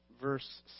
Verse